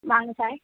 வாங்க சார்